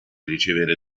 ricevere